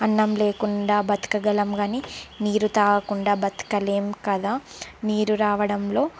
అన్నం లేకుండా బ్రతకగలం కానీ నీరు తాగకుండా బ్రతకలేం కదా మీరు రావడంలో